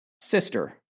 sister